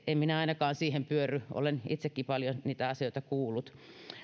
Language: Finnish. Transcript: en minä ainakaan siihen pyörry olen itsekin paljon niitä asioita kuullut